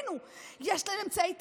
יש להם אמצעי תעמולה.